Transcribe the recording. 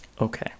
Okay